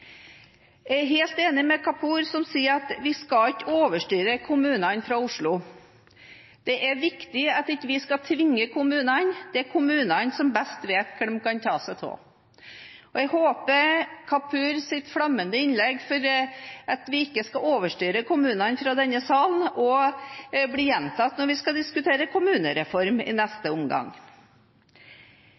Jeg er helt enig med Kapur, som sier at vi ikke skal overstyre kommunene fra Oslo. Det er viktig at vi ikke skal tvinge kommunene. Det er kommunene som best vet hva de kan ta seg av. Jeg håper Kapurs flammende innlegg for at vi ikke skal overstyre kommunene fra denne salen, blir gjentatt når vi skal diskutere kommunereformen i neste omgang.